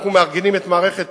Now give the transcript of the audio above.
אנחנו מארגנים את מערכת